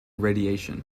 radiation